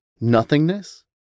Nothingness